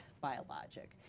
biologic